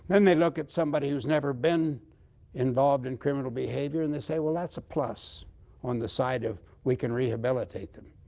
then they look at somebody who's never been involved in criminal behavior and they say, well, that's a plus on the side of we can rehabilitate them.